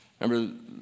Remember